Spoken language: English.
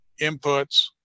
inputs